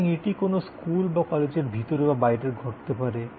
সুতরাং এটি কোনও স্কুল বা কলেজের ভিতরে বা বাইরের ঘটতে পারে